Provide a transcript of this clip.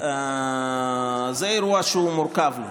זה אירוע מורכב.